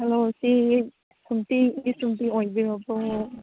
hello ꯁꯤ ꯁꯨꯝꯇꯤꯒꯤ ꯁꯨꯝꯄꯤ ꯑꯣꯏꯕꯤꯔꯕꯣ